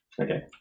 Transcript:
okay